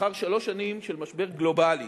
לאחר שלוש שנים של משבר גלובלי,